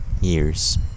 years